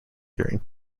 during